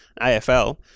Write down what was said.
AFL